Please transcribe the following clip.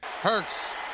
Hurts